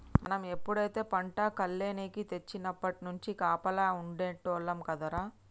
మనం ఎప్పుడైతే పంట కల్లేనికి తెచ్చినప్పట్నుంచి కాపలా ఉండేటోల్లం కదరా